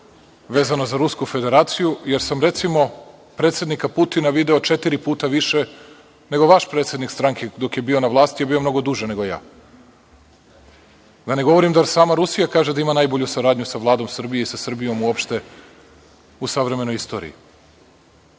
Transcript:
vezano za Rusku federaciju, jer sam recimo predsednika Putina video četiri puta više nego vaš predsednik stranke, dok je bio na vlasti, a bio je mnogo duže nego ja. Da ne govorim da sama Rusija kaže da ima najbolju saradnju sa Vladom Srbije i sa Srbijom uopšte u savremenoj istoriji.